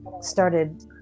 started